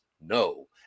no